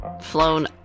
flown